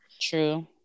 True